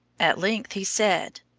at length he said,